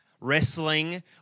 wrestling